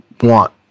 want